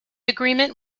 agreement